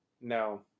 No